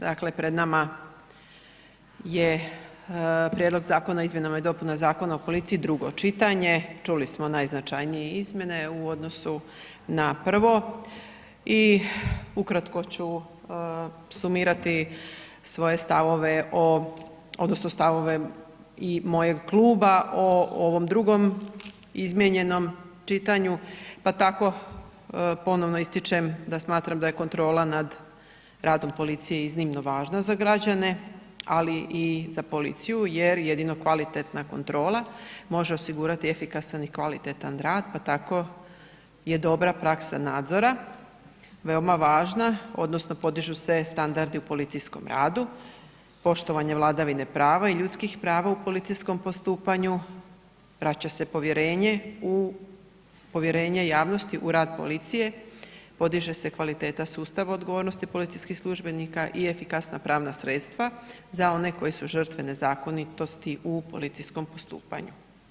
Daklem pred nama je Prijedlog zakona o izmjenama i dopunama Zakon o policiji, drugo čitanje, čuli smo najznačajnije izmjene u odnosu na prvo i ukratko ću sumirati svoje stavove odnosno stavove i mojeg kluba o ovom drugom izmijenjenom čitaju pa tako ponovno ističem da smatram da je kontrola nad radom policije iznimno važna za građane ali i za policiju jer jedino kvalitetna kontrola može osigurati efikasan i kvalitetan rad pa tako je dobra praksa nadzora veoma važna odnosno podižu se standardi u policijskom radu, poštovanje vladavine prava i ljudskih prava u policijskom postupanju, vraća se povjerenje javnosti u rad policije, podiže se kvaliteta sustava odgovornosti policijskih službenika i efikasna pravna sredstva za one koji su žrtve nezakonitosti u policijskom postupanju.